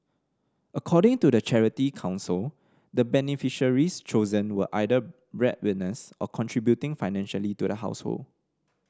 according to the Charity Council the beneficiaries chosen were either bread winners or contributing financially to the household